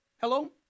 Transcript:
Hello